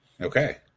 Okay